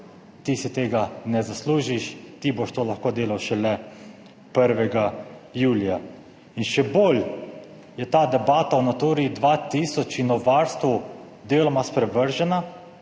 ti si tega ne zaslužiš, ti boš to lahko delal šele 1. julija. In še bolj je ta debata o Naturi 2000 in o varstvu deloma sprevržena,